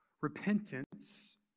repentance